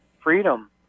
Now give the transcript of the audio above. freedom